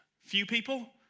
few people,